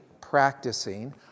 practicing